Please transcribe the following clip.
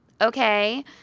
okay